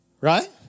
right